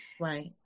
Right